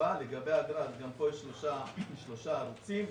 פה יש שלושה ערוצים.